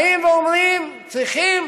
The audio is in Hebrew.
באים ואומרים: צריכים